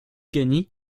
gagny